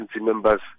members